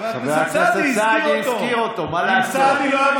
חבר הכנסת סעדי הזכיר אותו, מה לעשות?